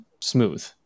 smooth